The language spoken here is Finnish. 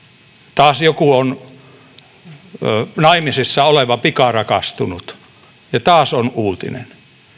taas joku naimisissa oleva on pikarakastunut ja taas on uutinen